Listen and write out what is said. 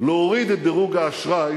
להוריד את דירוג האשראי